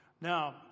Now